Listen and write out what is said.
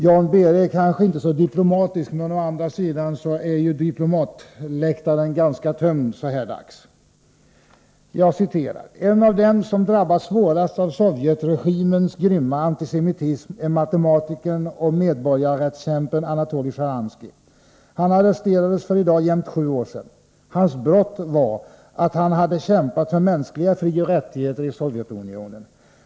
Jan Behre är kanske inte så diplomatisk, men å andra sidan är ju diplomatläktaren ganska tömd så här dags. ”En av dem som drabbats svårast av Sovjetregimens grymma antisemitism är matematikern och medborgarrättskämpen Anatolij Sjtjaranskij. Han arresterades för idag jämnt sju år sedan. Hans ”brott” var, att han hade kämpat för mänskliga frioch rättigheter i Sovjetunionen.